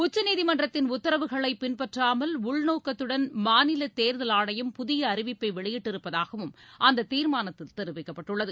உச்சநீதிமன்றத்தின் உத்தரவுகளை பின்பற்றாமல் உள்நோக்கத்துடன் மாநில தேர்தல் ஆணையம் புதிய அறிவிப்பை வெளியிட்டிருப்பதாகவும் அந்த தீர்மானத்தில் தெரிவிக்கப்பட்டுள்ளது